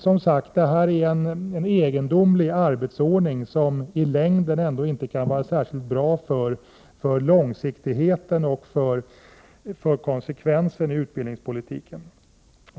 Som sagt: det här en egendomlig arbetsordning, som i längden inte kan vara särskilt bra för långsiktigheten och konsekvensen i utbildningspoli tiken.